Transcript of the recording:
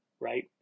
right